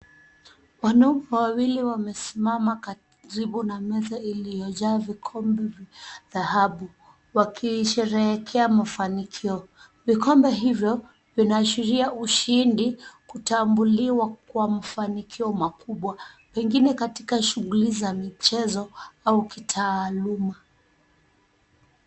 Wanaume wawili wamesimama karibu na meza iliyojaa vikombe vya dhahabu, wakisherehekea mafanikio. Vikombe hivyo vinaashiria ushindi, kutambuliwa kwa mafanikio makubwa, pengine katika shughuli za michezo au kitaaluma.